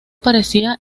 parecía